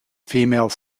female